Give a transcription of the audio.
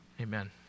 Amen